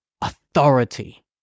authority